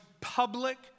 public